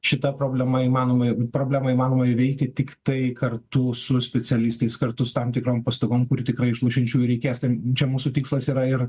šita problema įmanomai problemą įmanoma įveikti tiktai kartu su specialistais kartu su tam tikrom pastangom kurių tikrai ločiančiųjų reikės ten čia mūsų tikslas yra ir